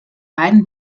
beiden